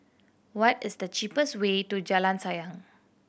what is the cheapest way to Jalan Sayang